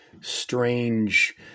strange